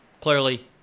Clearly